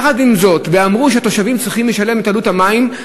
ויחד עם זאת אמרו שהתושבים צריכים לשלם את עלות המים,